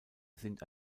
sind